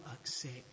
accept